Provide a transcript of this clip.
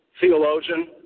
theologian